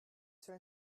cela